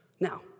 Now